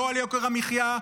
לא על יוקר המחיה,